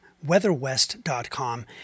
weatherwest.com